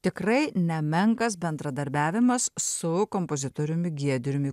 tikrai nemenkas bendradarbiavimas su kompozitoriumi giedriumi